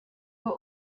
were